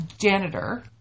Janitor